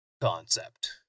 concept